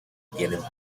tienen